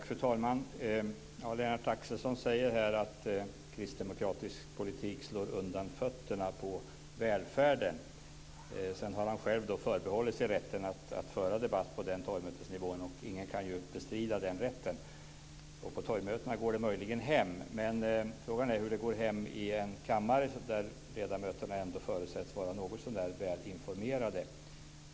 Fru talman! Lennart Axelsson säger här att kristdemokratisk politik slår undan fötterna för välfärden. Sedan har han själv förbehållit sig rätten att föra debatt på den torgmötesnivån. Och ingen kan ju bestrida den rätten. På torgmötena går det möjligen hem, men frågan är hur det går hem i en kammare där ledamöterna förutsätts vara något så när välinformerade.